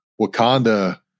Wakanda